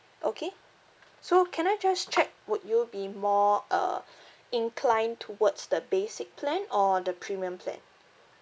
okay so can I just check would you be more uh inclined towards the basic plan or the premium plan